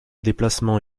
déplacement